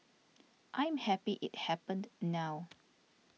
I am happy it happened now